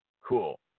Cool